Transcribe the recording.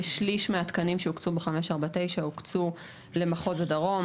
כשליש מהתקנים שהוקצו ב-549 הוקצו למחוז הדרום.